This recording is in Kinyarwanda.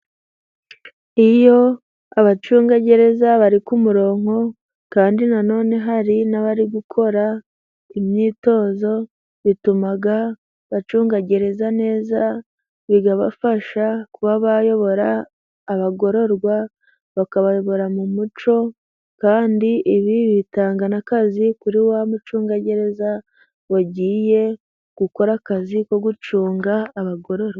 Iyo abacungagereza bari ku murongo kandi nanone hari n'abari gukora imyitozo, bituma bacunga gereza neza, bikabafasha kuba bayobora abagororwa bakabayobora mu mucyo, kandi ibi bitanga n'akazi kuri wa mucungagereza, wagiye gukora akazi ko gucunga abagororwa.